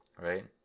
right